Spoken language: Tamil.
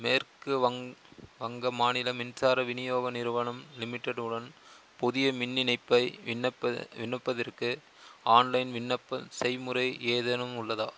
மேற்கு வங் வங்க மாநில மின்சார விநியோக நிறுவனம் லிமிடெட் உடன் புதிய மின் இணைப்பை விண்ணப்ப விண்ணப்பதற்கு ஆன்லைன் விண்ணப்ப செய்முறை ஏதேனும் உள்ளதா